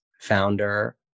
founder